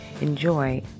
Enjoy